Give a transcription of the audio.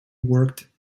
worked